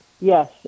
Yes